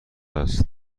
است